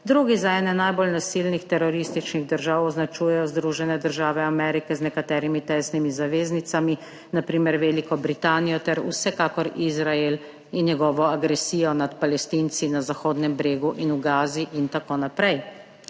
drugi za ene najbolj nasilnih terorističnih držav označujejo Združene države Amerike z nekaterimi tesnimi zaveznicami, na primer Veliko Britanijo¸, **17. TRAK (VI) 13.20** (nadaljevanje) ter vsekakor Izrael in njegovo agresijo nad Palestinci na Zahodnem bregu in v Gazi in tako naprej.